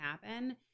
happen